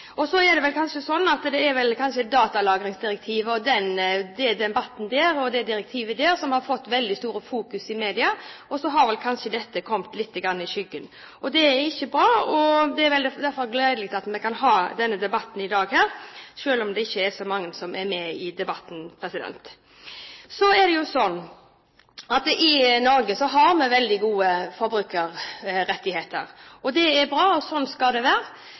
er vel slik at det kanskje er datalagringsdirektivet og debatten om det som har fått et veldig stort fokus i media, og så har kanskje dette kommet litt i skyggen. Det er ikke bra, og det er derfor gledelig at vi kan ha denne debatten her i dag, selv om det ikke er så mange som er med i debatten. Så er det slik at i Norge har vi veldig gode forbrukerrettigheter. Det er bra, og slik skal det være.